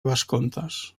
vescomtes